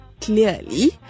clearly